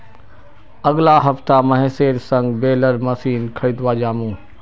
अगला हफ्ता महेशेर संग बेलर मशीन खरीदवा जामु